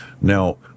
Now